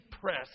press